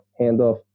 handoff